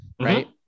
right